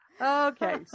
Okay